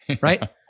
right